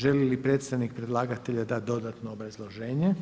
Želi li predstavnik predlagatelja dati dodatno obrazloženje?